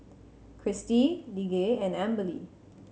Kristi Lige and Amberly